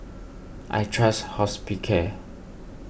I trust Hospicare